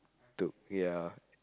took ya